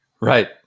Right